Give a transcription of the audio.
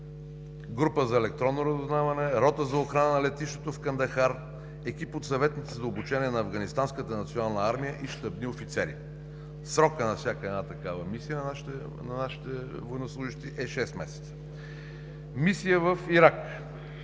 група за електронно разузнаване, рота за охрана на летището в Кандахар, екип от съветници за обучение на афганистанската национална армия и щабните офицери. Срокът на всяка такава мисия на нашите военнослужещи е шест месеца. В мисията в Ирак